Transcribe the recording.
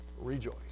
rejoice